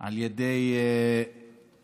על ידי אלמוני,